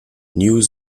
new